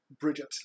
Bridget